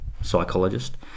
psychologist